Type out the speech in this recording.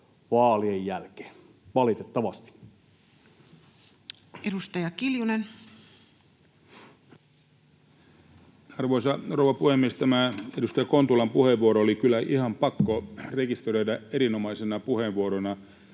lain 7 a §:n muuttamisesta Time: 20:41 Content: Arvoisa rouva puhemies! Tämä edustaja Kontulan puheenvuoro oli kyllä ihan pakko rekisteröidä erinomaisena puheenvuorona